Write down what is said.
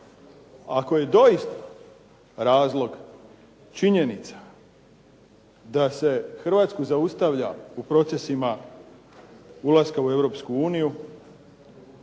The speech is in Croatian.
ako je doista razlog činjenica da se Hrvatsku zaustavlja u procesima ulaska u